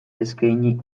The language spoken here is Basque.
eskaini